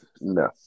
no